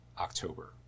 October